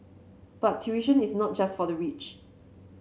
but tuition is not just for the rich